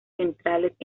centrales